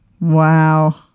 Wow